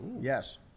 Yes